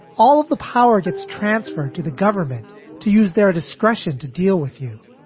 all of the power gets transferred to the government to use their discretion to deal with you.